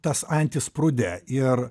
tas antis prūde ir